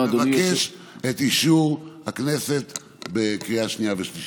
אני מבקש את אישור הכנסת בקריאה שנייה ושלישית.